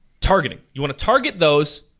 targeting. you want to target those,